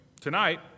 Tonight